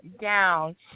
down